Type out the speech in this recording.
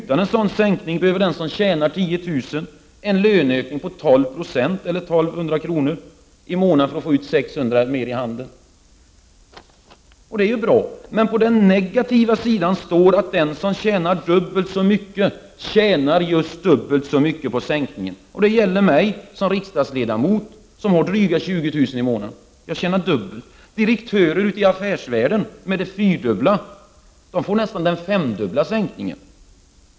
Utan en sådan sänkning behöver den som tjänar 10000 kr. en löneökning på 12 96, eller 1200 kr. i månaden, för att få 600 kr. mer i handen. Men på den negativa sidan står att den som tjänar dubbelt så mycket tjänar just dubbelt så mycket på sänkningen. Och detta gäller mig som riksdagsledamot, med dryga 20000 kr. i månaden. Direktörer i affärsvärlden, med det fyrdubbla, får nästan den femdubbla sänkningen.